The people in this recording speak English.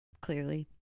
clearly